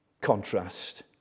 contrast